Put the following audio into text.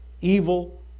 evil